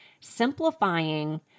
Simplifying